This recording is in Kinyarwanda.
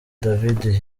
david